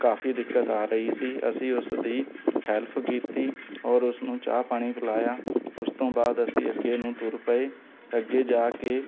ਕਾਫ਼ੀ ਦਿੱਕਤ ਆ ਰਹੀ ਸੀ ਅਸੀਂ ਉਸਦੀ ਹੈਲਪ ਕੀਤੀ ਔਰ ਉਸਨੂੰ ਚਾਹ ਪਾਣੀ ਪਿਲਾਇਆ ਉਸ ਤੋਂ ਬਾਅਦ ਅਸੀਂ ਅੱਗੇ ਨੂੰ ਤੁਰ ਪਏ ਅੱਗੇ ਜਾ ਕੇ